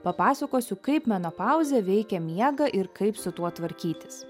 papasakosiu kaip menopauzė veikia miegą ir kaip su tuo tvarkytis